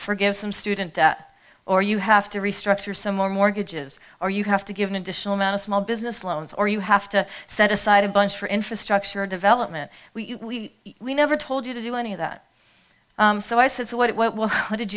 forgive some student or you have to restructure some more mortgages or you have to give an additional amount of small business loans or you have to set aside a bunch for infrastructure development we never told you to do any of that so i said what will what did